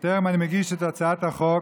בטרם אני מגיש את הצעת החוק,